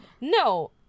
No